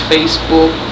Facebook